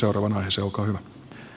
olkaa hyvä